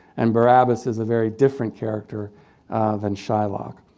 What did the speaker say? and barabas is a very different character than shylock.